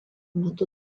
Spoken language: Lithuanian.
metu